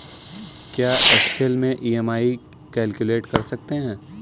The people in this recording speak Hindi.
क्या एक्सेल में ई.एम.आई कैलक्यूलेट कर सकते हैं?